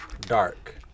dark